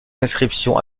inscriptions